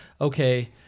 okay